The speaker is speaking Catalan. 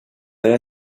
era